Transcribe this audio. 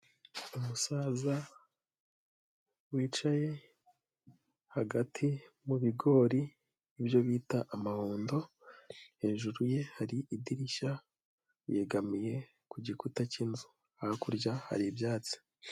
Umusaza wicaye hagati mu bigori ibyo bita amahundo, hejuru ye hari idirishya, yegamiye ku gikuta cy'inzu, hakurya hari ibyatsi.